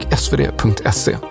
svd.se